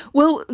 well,